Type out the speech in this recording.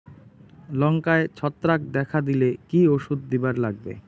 লঙ্কায় ছত্রাক দেখা দিলে কি ওষুধ দিবার লাগবে?